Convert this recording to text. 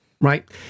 right